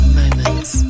moments